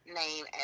name